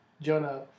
Jonah